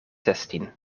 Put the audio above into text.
zestien